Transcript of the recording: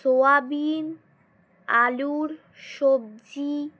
soybean আলুর সবজি